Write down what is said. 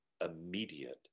immediate